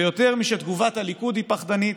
ויותר משתגובת הליכוד היא פחדנית,